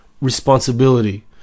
responsibility